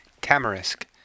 tamarisk